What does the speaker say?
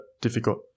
difficult